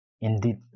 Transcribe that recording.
Indeed